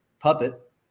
puppet